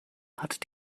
hat